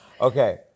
Okay